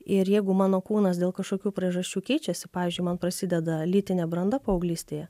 ir jeigu mano kūnas dėl kažkokių priežasčių keičiasi pavyzdžiui man prasideda lytinė branda paauglystėje